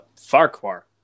Farquhar